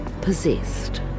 possessed